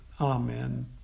Amen